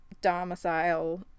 domicile